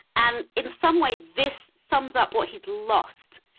and in some way, this sums up what he's lost,